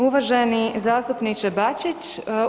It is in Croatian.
Uvaženi zastupniče Bačić.